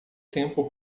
tempo